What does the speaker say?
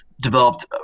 developed